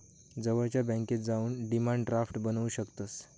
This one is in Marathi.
जवळच्या बॅन्केत जाऊन डिमांड ड्राफ्ट बनवू शकतंस